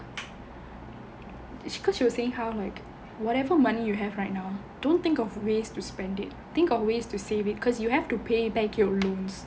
is because she was saying how like whatever money you have right now don't think of ways to spend it think of ways to save it because you have to pay back your loans